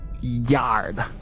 yard